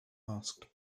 asked